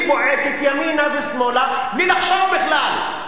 היא בועטת ימינה ושמאלה בלי לחשוב בכלל.